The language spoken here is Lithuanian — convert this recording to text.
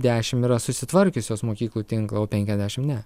dešimt yra susitvarkiusios mokyklų tinklo o penkiasdešimt ne